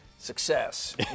Success